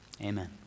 amen